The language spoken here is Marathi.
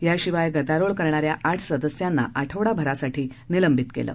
याशिवाय गदारोळ करणाऱ्या आठ सदस्यांना आठवडाभरासाठी निलंबित केलं